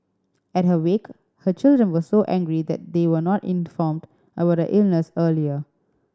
at her wake her children were so angry that they were not informed about her illness earlier